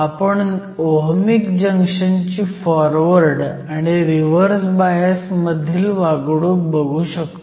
आपण ओहमीक जंक्शनची फॉरवर्ड आणि रिव्हर्स बायस मधील वागणूक बघू शकतो